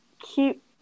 keep